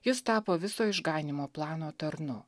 jis tapo viso išganymo plano tarnu